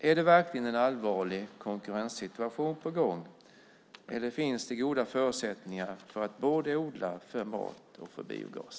Är det verkligen en allvarlig konkurrenssituation på gång, eller finns det goda förutsättningar för att odla både för mat och för biogas?